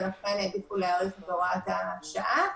ולכן העדיפו להאריך את הוראת השעה.